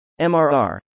MRR